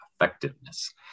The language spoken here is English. effectiveness